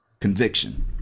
conviction